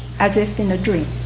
as if in a dream.